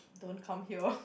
don't come here